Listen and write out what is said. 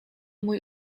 mój